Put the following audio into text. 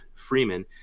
freeman